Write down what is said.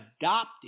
adopted